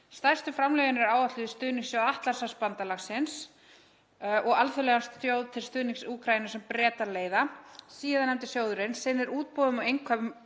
Stærstu framlögin eru áætluð í stuðningssjóð Atlantshafsbandalagsins og alþjóðlegan sjóð til stuðnings Úkraínu sem Bretar leiða. Síðarnefndi sjóðurinn sinnir útboðum og innkaupum